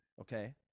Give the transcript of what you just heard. Okay